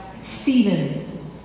Stephen